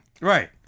Right